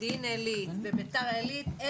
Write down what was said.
מודיעין עילית וביתר עילית.